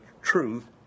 truth